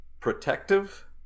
Protective